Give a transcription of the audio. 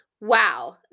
wow